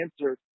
answer